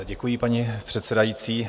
Děkuji, paní předsedající.